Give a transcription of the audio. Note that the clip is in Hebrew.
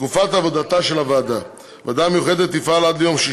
תקופת עבודתה של הוועדה: הוועדה המיוחדת תפעל עד ליום 6